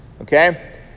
Okay